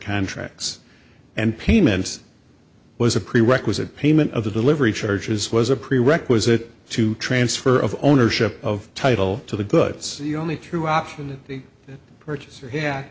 contracts and payments was a prerequisite payment of the delivery charges was a prerequisite to transfer of ownership of title to the goods the only true opportunity purchaser yeah